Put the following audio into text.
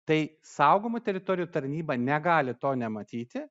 tai saugomų teritorijų tarnyba negali to nematyti